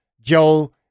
Joe